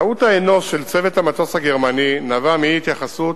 2. טעות האנוש של צוות המטוס הגרמני נבעה מאי-התייחסות